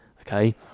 okay